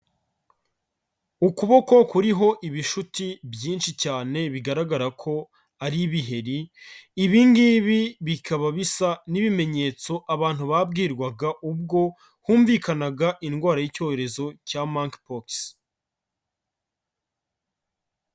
Ukuboko kuriho ibishuti byinshi cyane bigaragara ko ari ibiheri, ibi ngibi bikaba bisa n'ibimenyetso abantu babwirwaga ubwo humvikanaga indwara y'icyorezo cya Monkey pox.